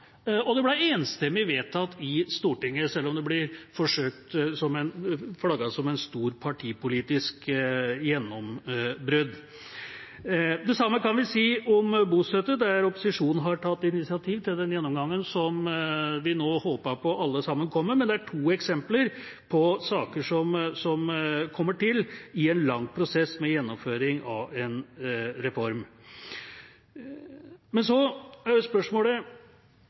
og det ble enstemmig vedtatt i Stortinget, selv om det blir forsøkt flagget som et stort partipolitisk gjennombrudd. Det samme kan vi si om bostøtte, der opposisjonen har tatt initiativ til den gjennomgangen som vi nå alle sammen håper kommer. Men det er to eksempler på saker som kommer til i en lang prosess med gjennomføring av en reform. Så er spørsmålet: